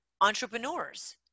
entrepreneurs